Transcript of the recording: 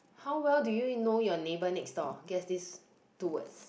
how well do you know your neighbor next door guess these two words